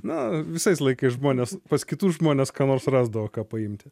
na visais laikais žmonės pas kitus žmones ką nors rasdavo ką paimti